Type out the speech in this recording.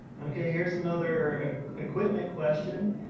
okay, here's another equipment question,